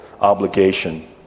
obligation